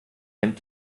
hemmt